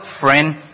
friend